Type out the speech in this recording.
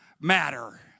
matter